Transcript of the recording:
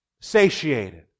satiated